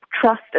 trust